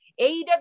AEW